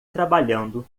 trabalhando